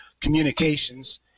communications